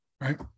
Right